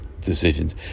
decisions